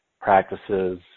practices